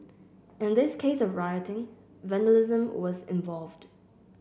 in this case of rioting vandalism was involved